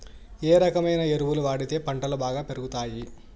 ఏ రకమైన ఎరువులు వాడితే పంటలు బాగా పెరుగుతాయి?